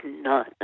none